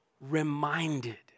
reminded